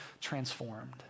transformed